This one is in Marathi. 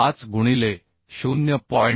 5 गुणिले 0